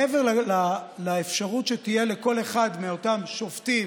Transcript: מעבר לאפשרות שתהיה לכל אחד מאותם שופטים,